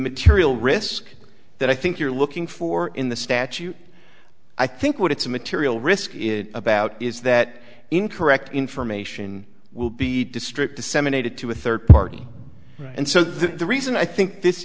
material risk that i think you're looking for in the statute i think what it's a material risk is about is that incorrect information will be district disseminated to a third party and so the reason i think